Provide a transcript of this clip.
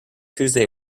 tuesday